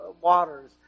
waters